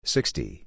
Sixty